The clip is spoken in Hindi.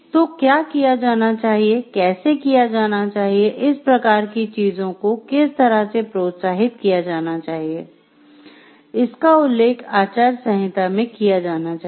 तो क्या किया जाना चाहिए कैसे किया जाना चाहिए इस प्रकार की चीजों को किस तरह से प्रोत्साहित किया जाना चाहिए इसका उल्लेख आचार संहिता में किया जाना चाहिए